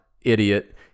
idiot